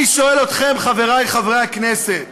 אני שואל אתכם, חברי חברי הכנסת,